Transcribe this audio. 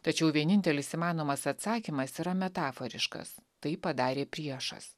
tačiau vienintelis įmanomas atsakymas yra metaforiškas tai padarė priešas